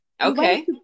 Okay